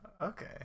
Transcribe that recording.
Okay